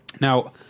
Now